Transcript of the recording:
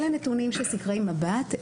אלה הנתונים של סקרי מב"ת.